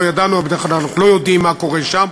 לא ידענו, בדרך כלל אנחנו לא יודעים מה קורה שם.